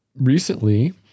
recently